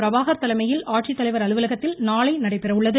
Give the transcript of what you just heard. பிரபாகர் தலைமையில் ஆட்சித்தலைவர் அலுவலகத்தில் நாளை நடைபெற உள்ளது